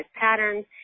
patterns